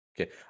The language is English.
Okay